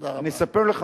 תודה רבה.